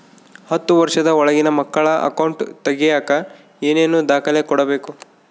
ಹತ್ತುವಷ೯ದ ಒಳಗಿನ ಮಕ್ಕಳ ಅಕೌಂಟ್ ತಗಿಯಾಕ ಏನೇನು ದಾಖಲೆ ಕೊಡಬೇಕು?